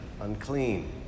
unclean